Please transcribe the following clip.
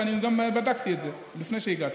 ואני גם בדקתי את זה לפני שהגעתי,